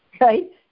right